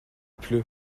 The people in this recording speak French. pleut